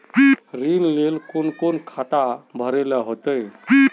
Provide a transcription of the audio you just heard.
ऋण लेल कोन कोन खाता भरेले होते?